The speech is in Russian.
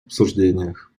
обсуждениях